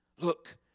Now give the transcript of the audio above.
look